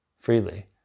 freely